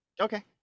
Okay